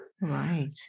Right